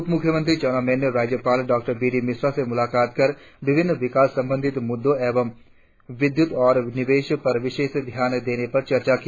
उप मुख्यमंत्री चाउना मेन ने राज्यपाल डॉ बी डी मिश्रा से मुलाकात कर विभिन्न विकास संबंधित मुद्दों एवं विद्युत और निवेश पर विशेष ध्यान देने पर चर्चा की